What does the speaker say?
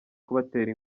kubatera